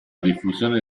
diffusione